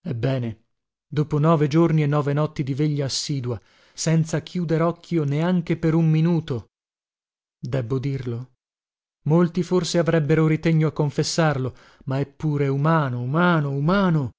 ebbene dopo nove giorni e nove notti di veglia assidua senza chiuder occhio neanche per un minuto debbo dirlo molti forse avrebbero ritegno a confessarlo ma è pure umano umano umano